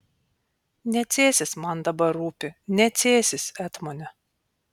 ne cėsis man dabar rūpi ne cėsis etmone